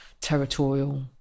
territorial